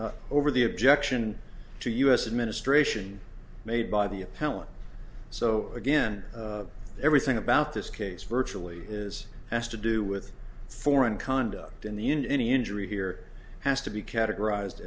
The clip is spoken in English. the over the objection to us administration made by the appellant so again everything about this case virtually is has to do with foreign conduct in the end any injury here has to be categorized